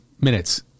minutes